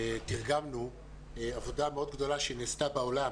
תרגמנו עבודה מאוד גדולה שנעשתה בעולם